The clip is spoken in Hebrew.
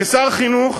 כשר החינוך